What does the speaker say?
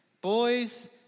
boys